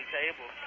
table